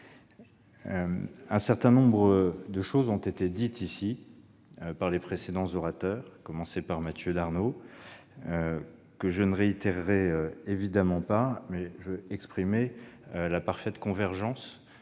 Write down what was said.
Un certain nombre de choses ont été dites par les précédents orateurs, à commencer par Mathieu Darnaud ; je ne les répéterai évidemment pas, mais je veux exprimer la parfaite convergence